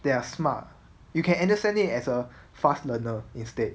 that are smart you can understand it as a fast learner instead